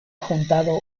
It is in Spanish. juntado